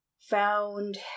found